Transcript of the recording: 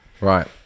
Right